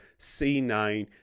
C9